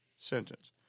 sentence